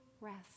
rest